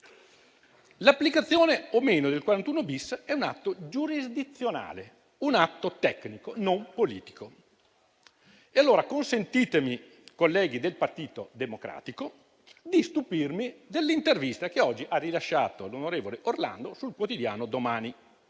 l'applicazione o meno del 41-*bis* è un atto giurisdizionale, un atto tecnico non politico. Allora, colleghi del Partito Democratico, consentitemi di stupirmi dell'intervista che oggi ha rilasciato l'onorevole Orlando sul quotidiano «Domani»,